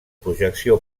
projecció